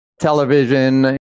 television